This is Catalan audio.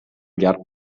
llarg